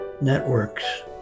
networks